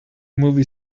movie